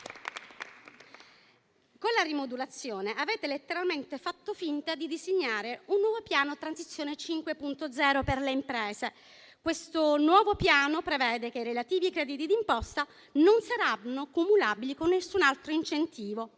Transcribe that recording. Con la rimodulazione avete letteralmente fatto finta di disegnare un nuovo piano Transizione 5.0 per le imprese. Questo nuovo piano prevede che i relativi crediti d'imposta non saranno cumulabili con nessun altro incentivo,